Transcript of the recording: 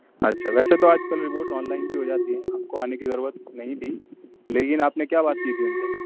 اچھا تو ویسے آج کل رپورٹس آن لائن بھی ہو جاتی آپ کو آنے کی ضرورت نہیں تھی لیکن آپ نے کیا بات کی تھی ان سے